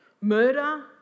murder